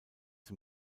dem